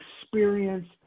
experience